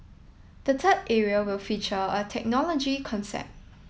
the third area will feature a technology concept